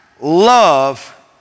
love